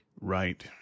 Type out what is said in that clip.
Right